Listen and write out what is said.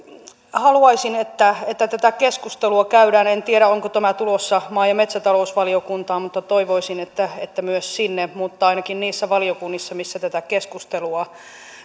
haluaisin että että tätä keskustelua käydään en tiedä onko tämä tulossa maa ja metsätalousvaliokuntaan toivoisin että että myös sinne mutta ainakin niissä valiokunnissa missä tätä keskustelua